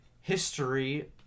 history